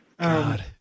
god